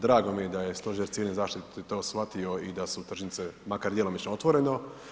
Drago mi je da je Stožer civilne zaštite to shvatio i da su tržnice makar djelomično otvoreno.